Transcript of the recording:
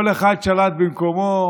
כל אחד שלט במקומו,